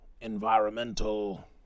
environmental